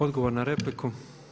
Odgovor na repliku.